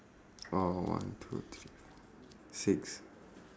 oh one two three six